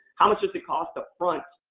how much does it cost upfront?